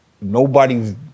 nobody's